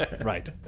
Right